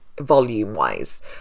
volume-wise